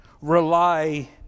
rely